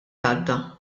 għadda